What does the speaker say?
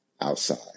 outside